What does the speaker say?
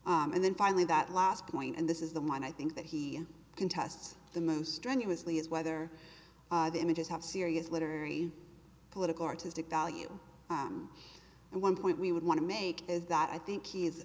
and then finally that last point and this is the line i think that he contests the most strenuously is whether the images have serious literary political artistic value and one point we would want to make is that i think he is